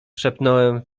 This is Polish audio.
szepnąłem